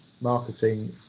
marketing